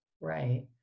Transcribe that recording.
Right